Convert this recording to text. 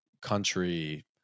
country